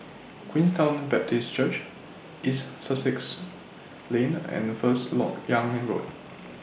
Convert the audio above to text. Queenstown Baptist Church East Sussex Lane and First Lok Yang Road